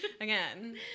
again